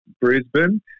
Brisbane